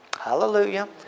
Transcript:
Hallelujah